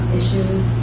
issues